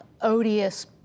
odious